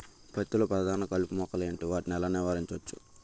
పత్తి లో ప్రధాన కలుపు మొక్కలు ఎంటి? వాటిని ఎలా నీవారించచ్చు?